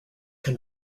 can